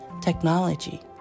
technology